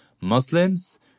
Muslims